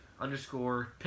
underscore